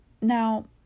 Now